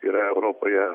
yra europoje